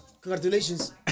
Congratulations